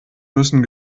müssen